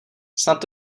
snad